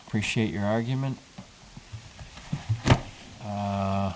appreciate your argument